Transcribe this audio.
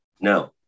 No